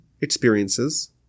experiences